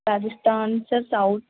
Rajasthan sir south